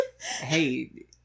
Hey